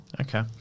Okay